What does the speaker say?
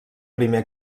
primer